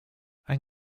ein